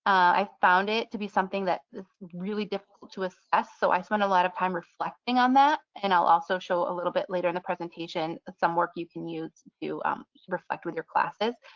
i found it to be something that really difficult to assess. so i spent a lot of time reflecting on that. and i'll also show a little bit later in the presentation some work you can use to reflect with your classes.